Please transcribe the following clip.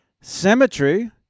Symmetry